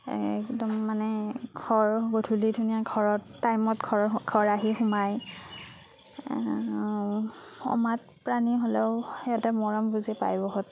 একদম মানে ঘৰ গধূলি ধুনীয়া ঘৰত টাইমত ঘৰত ঘৰ আহি সোমাই অমাত প্ৰাণী হ'লেও সিহঁতে মৰম বুজি পায় বহুত